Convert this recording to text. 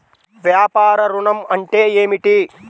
వ్యాపార ఋణం అంటే ఏమిటి?